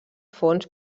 fons